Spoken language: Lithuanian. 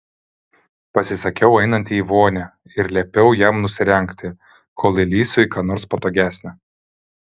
pasisakiau einanti į vonią ir liepiau jam nusirengti kol įlįsiu į ką nors patogesnio